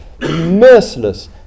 merciless